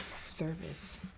Service